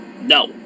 No